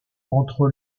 entre